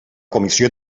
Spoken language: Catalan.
comissió